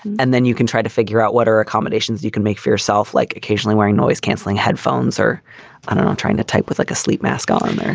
and then you can try to figure out what are accommodations you can make for yourself, like occasionally wearing noise, canceling headphones, or and trying to type with like a sleep mask on there.